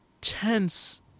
tense